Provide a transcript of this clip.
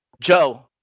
Joe